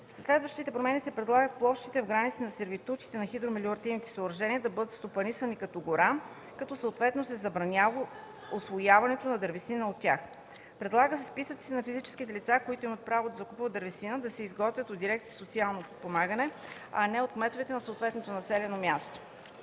следващите промени се предлага площите в границите на сервитутите на хидромелиоративните съоръжения да бъдат стопанисвани като гора, като съответно се забранява усвояването на дървесина от тях. Предлага се списъците на физическите лица, които имат право да закупуват дървесина, да се изготвят от дирекциите “Социално подпомагане”, а не от кметовете на съответното населено място.